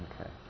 Okay